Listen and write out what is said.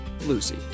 Lucy